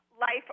life